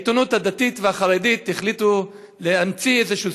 העיתונות הדתית והחרדית החליטה להמציא איזשהו